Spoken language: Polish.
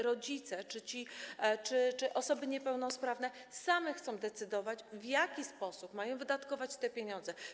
Rodzice czy też osoby niepełnosprawne sami chcą decydować, w jaki sposób mają wydatkować te pieniądze.